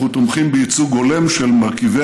אנחנו תומכים בייצוג הולם של מרכיבי